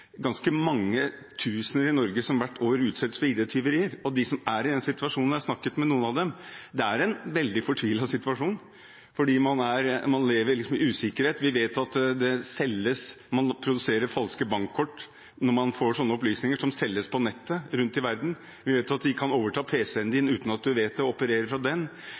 ganske mange tusen i Norge som hvert år utsettes for ID-tyveri, og de som er i den situasjonen – jeg har snakket med noen av dem – er i en veldig fortvilet situasjon, fordi man lever i usikkerhet. Vi vet at det produseres falske bankkort når de får slike opplysninger, og som selges på nettet rundt omkring i verden. Vi vet at de kan overta PC-en uten at vi vet det, og operere fra den.